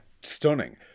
Stunning